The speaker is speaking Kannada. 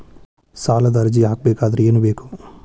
ಸಾಲದ ಅರ್ಜಿ ಹಾಕಬೇಕಾದರೆ ಏನು ಬೇಕು?